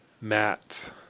Matt